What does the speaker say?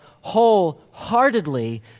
wholeheartedly